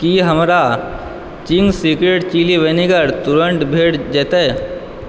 की हमरा Ching's secret chilli vinegar तुरन्त भेट जेतै